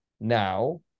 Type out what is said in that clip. now